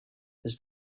his